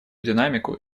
динамику